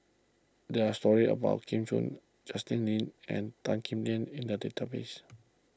there are stories about Gu Juan Justin Lean and Tan Kim Tian in the database